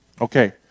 Okay